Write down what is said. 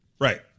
Right